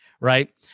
right